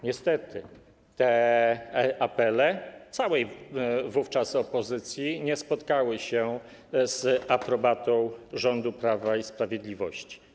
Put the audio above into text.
Niestety te apele, całej wówczas opozycji, nie spotkały się z aprobatą rządu Prawa i Sprawiedliwości.